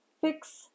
fix